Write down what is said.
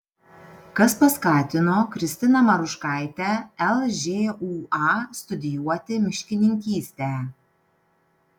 kas paskatino kristiną maruškaitę lžūa studijuoti miškininkystę